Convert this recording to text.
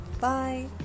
bye